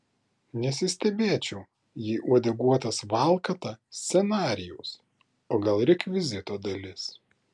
nesistebėčiau jei uodeguotas valkata scenarijaus o gal rekvizito dalis